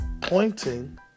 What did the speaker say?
pointing